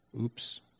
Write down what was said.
Oops